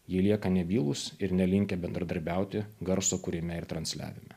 ji lieka nebylūs ir nelinkę bendradarbiauti garso kūrime ir transliavime